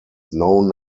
known